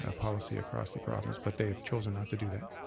ah policy across the province. but they have chosen not to do that.